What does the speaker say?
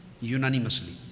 unanimously